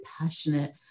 passionate